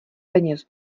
peněz